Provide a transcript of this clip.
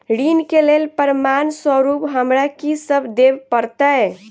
ऋण केँ लेल प्रमाण स्वरूप हमरा की सब देब पड़तय?